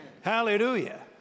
Hallelujah